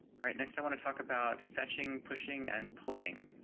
alright, next i want to talk about fetching pushing and pulling